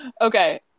Okay